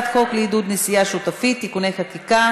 ההצעה להעביר את הצעת חוק לתיקון פקודת